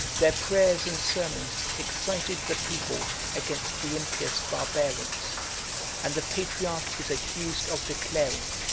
their prayers and sermons excited the people against the impious barbarians and the patriarch is accused of declaring,